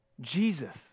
Jesus